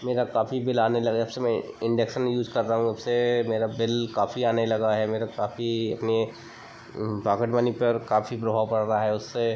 मेरा काफ़ी बिल आने लगा जब से मैं इंडेक्सन यूज कर रहा हूँ उससे मेरा बिल काफ़ी आने लगा है मेरा काफ़ी अपने पाॅकेट मनी पर काफ़ी प्रभाव पड़ रहा है उससे